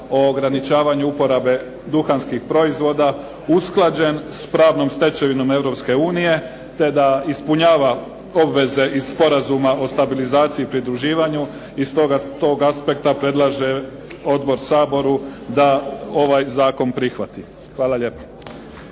o ograničavanju uporabe duhanskih proizvoda usklađen s pravnom stečevinom Europske unije te da ispunjava obveze iz Sporazuma o stabilizaciji i pridruživanju i s tog aspekta predlaže Odbor Saboru da ovaj zakon prihvati. Hvala lijepa.